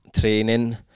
Training